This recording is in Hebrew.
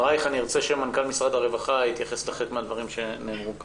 אחרייך אני ארצה שמנכ"ל משרד הרווחה יתייחס לחלק מהדברים שנאמרו כאן.